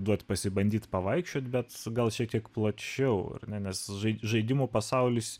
duoti pasibandyti pavaikščioti bet gal šiek tiek plačiau ir nes žaidė žaidimo pasaulis